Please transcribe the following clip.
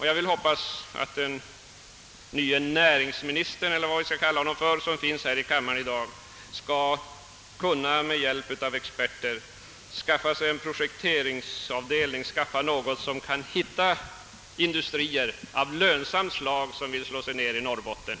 Jag hoppas att den nye näringsministern — eller vad jag skall kalla honom — som är närvarande i kammaren med hjälp av experter skall kunna åstadkomma en projekteringsavdelning, ett organ som kan finna industrier av lönsamt slag som vill slå sig ned i Norrbotten.